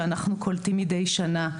שאנחנו קולטים מידי שנה,